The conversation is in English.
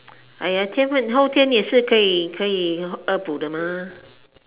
!aiya! 天分后天也是可以可以恶补的嘛